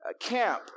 camp